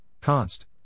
const